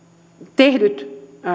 tehdyt